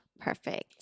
Perfect